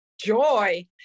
joy